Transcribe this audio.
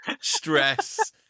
Stress